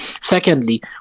Secondly